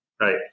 right